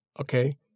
okay